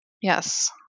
Yes